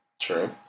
True